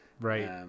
right